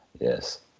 Yes